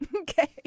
Okay